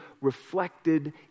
reflected